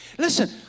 Listen